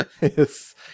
Yes